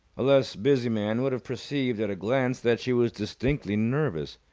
a less busy man would have perceived at a glance that she was distinctly nervous.